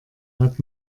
hat